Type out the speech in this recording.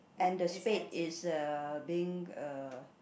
and the spade is uh being uh